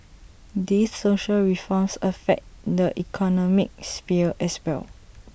these social reforms affect the economic sphere as well